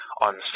on